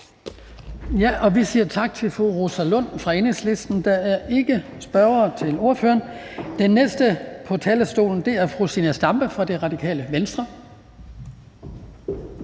Vi siger tak til fru Rosa Lund fra Enhedslisten. Der er ikke spørgere til ordføreren. Den næste på talerstolen er fru Zenia Stampe fra Radikale Venstre.